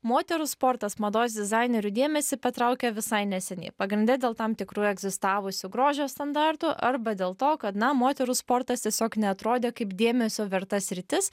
moterų sportas mados dizainerių dėmesį patraukė visai neseniai pagrinde dėl tam tikrų egzistavusių grožio standartų arba dėl to kad na moterų sportas tiesiog neatrodė kaip dėmesio verta sritis